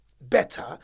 better